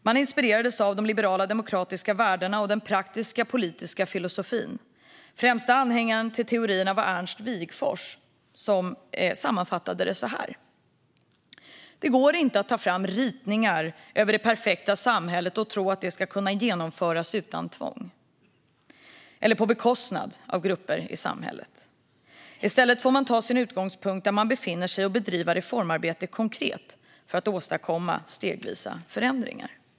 Man inspirerades av de liberala demokratiska värdena och den praktiska politiska filosofin. Den främste anhängaren av teorierna var Ernst Wigforss som sammanfattade det på följande sätt: Det går inte att ta fram ritningar över det perfekta samhället och tro att det ska kunna genomföras utan tvång eller på bekostnad av grupper i samhället. I stället får man ta sin utgångspunkt där man befinner sig och bedriva reformarbete konkret för att åstadkomma stegvisa förändringar.